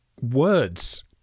words